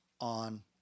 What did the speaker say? on